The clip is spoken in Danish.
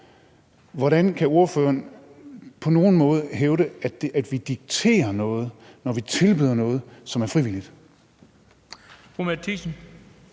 Hvordan kan ordføreren på nogen måde hævde, at vi dikterer noget, når vi tilbyder noget, som er frivilligt?